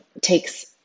takes